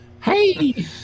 Hey